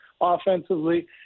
offensively